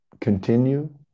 continue